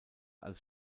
als